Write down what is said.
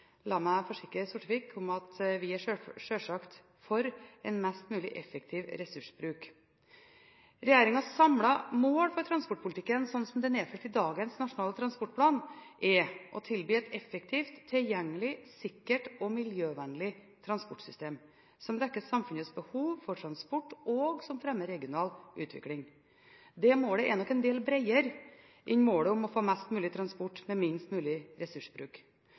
La meg forsikre Sortevik om at vi sjølsagt er for en mest mulig effektiv ressursbruk. Regjeringens samlede mål for transportpolitikken, slik det er nedfelt i dagens nasjonale transportplan, er å tilby et effektivt, tilgjengelig, sikkert og miljøvennlig transportsystem som dekker samfunnets behov for transport, og som fremmer regional utvikling. Det målet er nok en del bredere enn målet om å få «mest mulig transport med minst mulig ressursbruk».